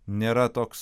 nėra toks